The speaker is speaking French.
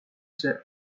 sœurs